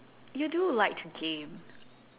you do like to game